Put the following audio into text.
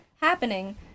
happening